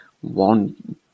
One